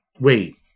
wait